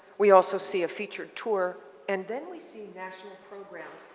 we also see a featured tour and then we see national programs,